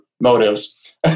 motives